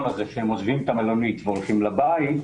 הזה שהם עוזבים את המלונית והולכים לבית,